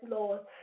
Lord